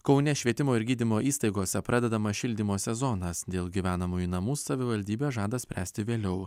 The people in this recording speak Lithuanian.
kaune švietimo ir gydymo įstaigose pradedamas šildymo sezonas dėl gyvenamųjų namų savivaldybė žada spręsti vėliau